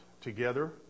together